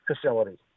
facilities